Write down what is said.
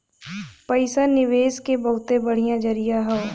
पइसा निवेस के बहुते बढ़िया जरिया हौ